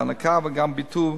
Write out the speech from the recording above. להנקה גם ביטוי